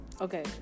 Okay